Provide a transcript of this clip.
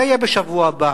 זה יהיה בשבוע הבא.